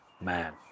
man